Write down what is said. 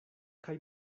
kaj